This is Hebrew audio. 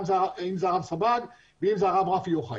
אם זה הרב סבג, ואם זה הרב רפי יוחאי.